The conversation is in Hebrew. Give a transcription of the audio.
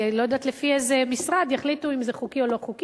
כי אני לא יודעת לפי איזה משרד יחליטו אם זה חוקי או לא חוקי.